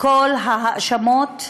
כל ההאשמות,